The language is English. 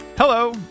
Hello